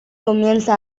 comienza